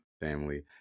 family